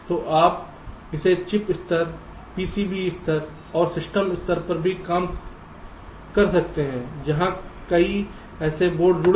तो आप इसे चिप स्तर PCB स्तर और सिस्टम स्तर पर भी काम कर सकते हैं जहां कई ऐसे बोर्ड जुड़े हैं